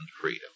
freedom